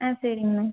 ஆ சரிங்கண்ணா